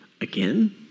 again